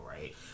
right